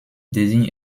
désigne